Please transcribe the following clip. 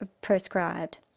prescribed